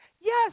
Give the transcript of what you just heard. yes